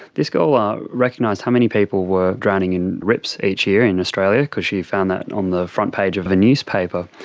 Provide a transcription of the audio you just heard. this girl ah recognised how many people were drowning in rips each year in australia because she found that on the front page of a newspaper.